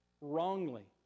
wrongly